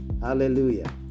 Hallelujah